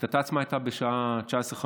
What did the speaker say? הקטטה עצמה הייתה בשעה 19:52